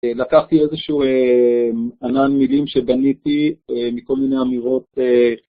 לקחתי איזשהו ענן מילים שבניתי מכל מיני אמירות.